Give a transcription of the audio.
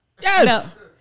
Yes